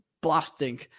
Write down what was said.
blasting